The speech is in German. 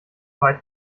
weit